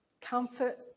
comfort